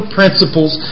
principles